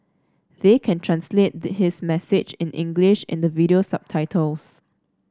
they can translate the his message in English in the video subtitles